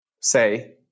say